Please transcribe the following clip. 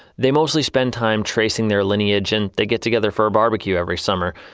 they mostly spend time tracing their lineage and they get together for a barbecue every summer.